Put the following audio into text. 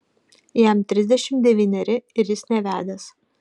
jam trisdešimt devyneri ir jis nevedęs